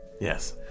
Yes